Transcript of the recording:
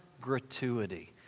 gratuity